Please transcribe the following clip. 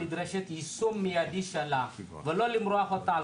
נדרש יישום מידי שלה ולא למרוח אותה על